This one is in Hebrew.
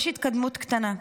יש התקדמות קטנה,